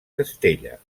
castella